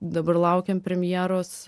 dabar laukiam premjeros